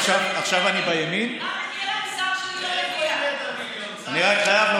אתה שר חרטא מיותר, במשרד